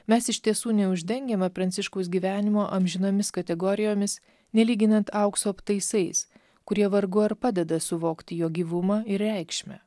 mes iš tiesų neuždengiame pranciškaus gyvenimo amžinomis kategorijomis nelyginant aukso aptaisais kurie vargu ar padeda suvokti jo gyvumą ir reikšmę